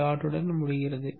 dot முடிகிறது